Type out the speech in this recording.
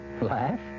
Laugh